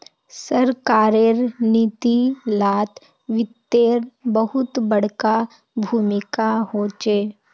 सरकारेर नीती लात वित्तेर बहुत बडका भूमीका होचे